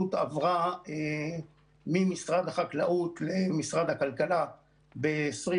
עברה ממשרד החקלאות למשרד הכלכלה ב-2020.